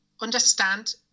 understand